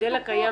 המודל הקיים,